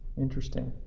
interesting.